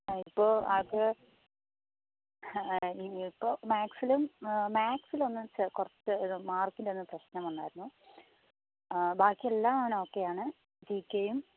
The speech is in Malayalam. ആ ഇപ്പോൾ ആൾക്ക് ഇപ്പോൾ മാത്സിലും മാത്സിലൊന്ന് കുറച്ച് ഇത് മാർക്കിൻ്റെ ഒന്ന് പ്രശ്നം വന്നിരുന്നു ബാക്കിയെല്ലാം അവൻ ഓക്കെയാണ് ജി കെയും